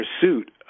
Pursuit